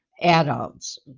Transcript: adults